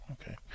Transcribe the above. Okay